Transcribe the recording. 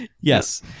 Yes